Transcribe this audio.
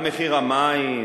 על מחיר המים,